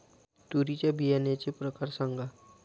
तूरीच्या बियाण्याचे प्रकार सांगा